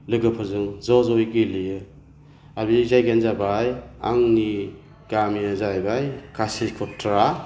लोगोफोरजों ज जयै गेलेयो आरो बे जायगायानो जाबाय आंनि गामिया जायैबाय कासिकत्रा